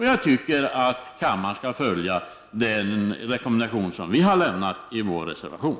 Jag tycker att kammaren skall följa den rekommendation som vi har lämnat i vår reservation.